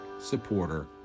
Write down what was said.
supporter